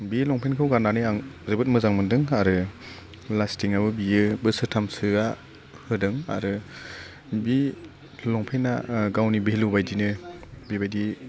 बि लंफेन्टखौ गाननानै आं जोबोद मोजां मोनदों आरो लासटिं आबो बियो बोसोरथामसोआ होदों आरो बि लंपेन्टा गावनि भेलु बायदिनो बिबायदि